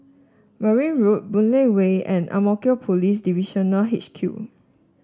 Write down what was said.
Merryn Road Boon Lay Way and Ang Mo Kio Police Divisional H Q